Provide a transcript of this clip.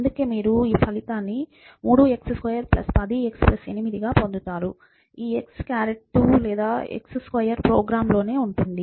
అందుకే మీరు ఈ ఫలితాన్ని 3x2 10 x 8 గా పొందుతారు ఈ x కారట్ 2 లేదా x 2 ప్రోగ్రామ్లోనే ఉంటుంది